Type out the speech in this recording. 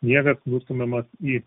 sniegas nustumiamas į